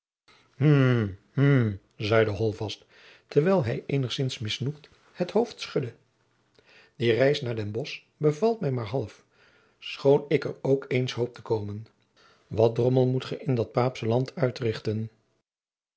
hm zeide holtvast terwijl hij eenigzins misnoegd het hoofd schudde die reis naar den bosch bevalt mij maar half schoon ik er ook eens hoop te komen wat drommel moet ge in dat paapsche land uitrichten